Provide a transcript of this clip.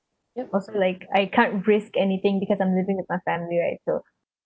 that was like I can't risk anything because I'm living with my family right so